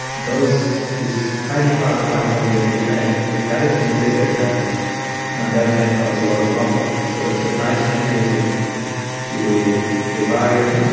this tiny part of mitochondria dna if that is mutated then that can cause a lot of problem. so it's a nice mechanism to divide,